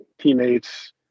teammates